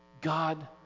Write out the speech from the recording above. God